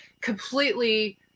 completely